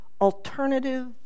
alternative